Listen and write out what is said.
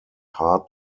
hard